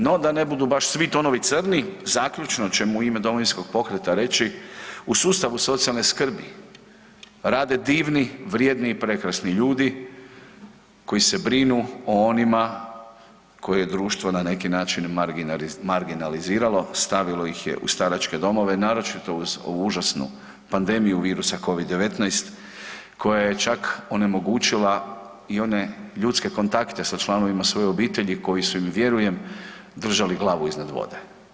No da ne budu baš svi tonovi crni, zaključno ćemo u ime Domovinskog pokreta reći u sustavu socijalne skrbi rade divni, vrijedni i prekrasni ljudi koji se brinu o onima koje društvo na neki način marginaliziralo, stavilo ih je u staračke domove, naročito uz užasnu pandemiju virusa covid-19 koja je čak onemogućila i one ljudske kontakte sa članovima svoje obitelji koji su im vjerujem držali glavu iznad vode.